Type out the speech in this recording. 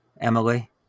Emily